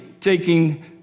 taking